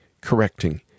correcting